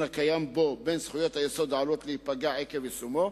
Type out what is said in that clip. הקיים בו בין זכויות היסוד העלולות להיפגע עקב יישומו.